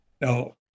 Now